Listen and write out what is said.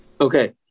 Okay